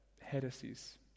heresies